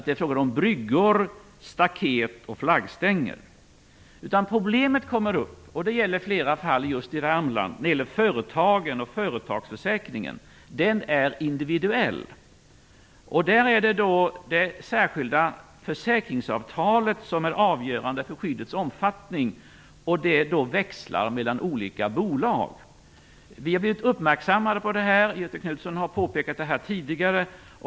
De problem som uppkommer, som gäller flera fall i Värmland, har att göra med företagen och företagsförsäkringen, som är individuell. Där är det särskilda försäkringsavtalet avgörande för skyddets omfattning, och det växlar mellan olika bolag. Vi har blivit uppmärksammade på det här, och Göthe Knutson har också påpekat det tidigare.